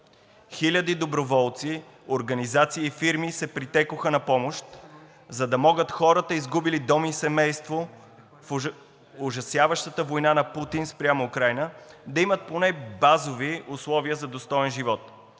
Хиляди доброволци, организации и фирми се притекоха на помощ, за да могат хората, изгубили дом и семейство в ужасяващата война на Путин спрямо Украйна, да имат поне базови условия за достоен живот.